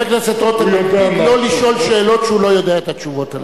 חבר הכנסת מקפיד לא לשאול שאלות שהוא לא יודע את התשובות עליהן.